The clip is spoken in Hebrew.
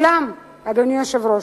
ואולם, אדוני היושב-ראש,